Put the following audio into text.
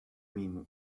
mean